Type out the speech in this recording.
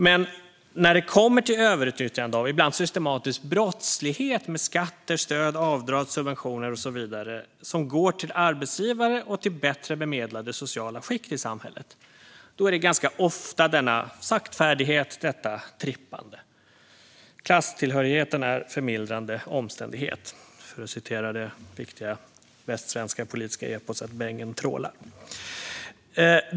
Men när det gäller arbetsgivare och bättre bemedlade sociala skikt i samhället är det ganska ofta en saktfärdighet och ett trippande när det kommer till överutnyttjande och ibland systematisk brottslighet med skatter, stöd, avdrag, subventioner och så vidare. Klasstillhörigheten är förmildrande omständighet, för att citera det viktiga västsvenska politiska eposet Bängen trålar .